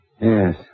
Yes